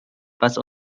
was